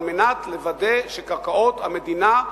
על מנת לוודא שקרקעות המדינה,